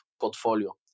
portfolio